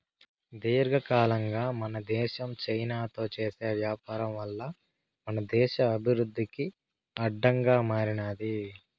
దీర్ఘకాలంగా మన దేశం చైనాతో చేసే వ్యాపారం వల్ల మన దేశ అభివృద్ధికి అడ్డంగా మారినాది